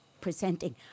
presenting